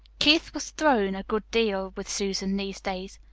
keith was thrown a good deal with susan these days.